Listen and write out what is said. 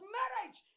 marriage